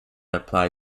apply